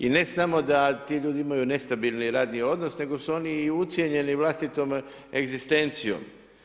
I ne samo da ti ljudi imaju nestabilni radni odnos nego su oni i ucijenjeni vlastitom egzistencijom.